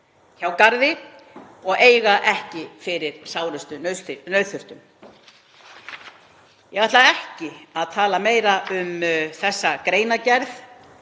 svo að það eigi ekki fyrir sárustu nauðþurftum. Ég ætla ekki að tala meira um þessa greinargerð.